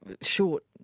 short